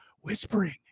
whispering